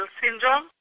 syndrome